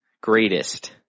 greatest